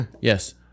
Yes